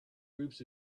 groups